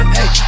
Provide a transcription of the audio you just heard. Hey